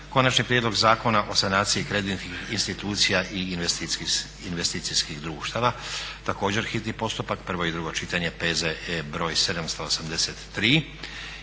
Konačni prijedlog Zakona o sanaciji kreditnih institucija i investicijskih društava, hitni postupak, prvo i drugo čitanje, P.Z.E. br. 783;